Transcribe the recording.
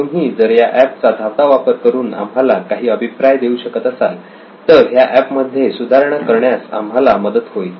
तुम्ही जर या एप चा धावता वापर करून आम्हाला काही अभिप्राय देऊ शकत असाल तर ह्या एप मध्ये सुधारणा करण्यास आम्हाला मदत होईल